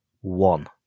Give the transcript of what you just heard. one